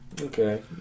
Okay